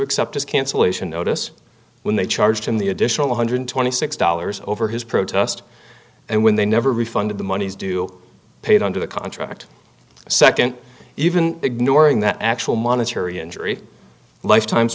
accept his cancellation notice when they charged him the additional one hundred twenty six dollars over his protest and when they never refunded the money is due paid under the contract second even ignoring that actual monetary injury lifetimes